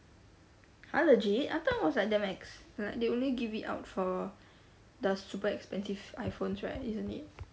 !huh! legit I thought it was like damn ex like they only give it out for the super expensive iphones right isn't it